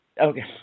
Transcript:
Okay